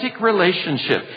relationship